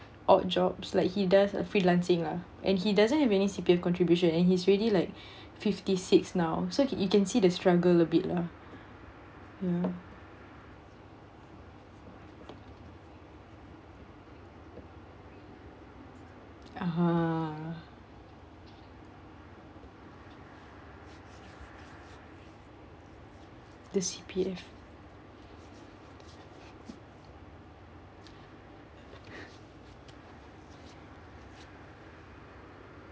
odd jobs like he does a freelancing lah and he doesn't have any C_P_F contribution and he's already like fifty six now so you can see the struggle a bit lah (uh huh) the C_P_F